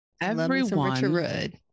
everyone-